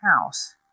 house